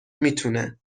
میتونه